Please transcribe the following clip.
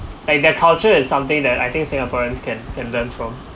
like their culture is something that I think singaporeans can can learn from